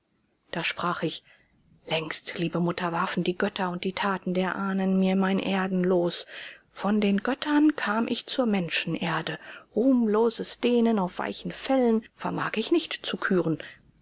da sprach ich längst liebe mutter warfen die götter und die taten der ahnen mir mein erdenlos von den göttern kam ich zur menschenerde ruhmloses dehnen auf weichen fellen vermag ich nicht zu küren